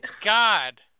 God